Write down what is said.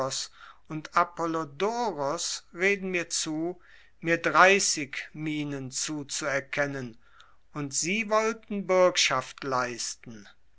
und apollodoros reden mir zu mir dreißig minen zuzuerkennen und sie wollten bürgschaft leisten